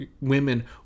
women